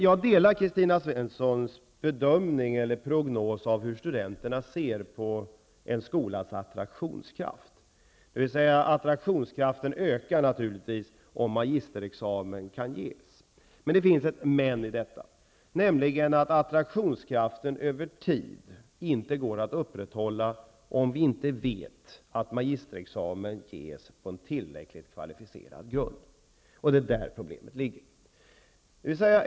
Jag delar Kristina Svenssons bedömning om prognoser av hur studenterna ser på en skolas attraktionskraft. Attraktionskraften ökar naturligtvis om magisterexamen kan ges. Men det finns ett men i detta, nämligen att attraktionskraften över tid inte går att upprätthålla om vi inte vet att magisterexamen ges på en tillräckligt kvalificerad grund. Det är där problemet ligger.